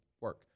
work